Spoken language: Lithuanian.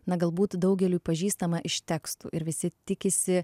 na galbūt daugeliui pažįstama iš tekstų ir visi tikisi